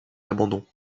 l’abandon